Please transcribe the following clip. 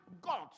God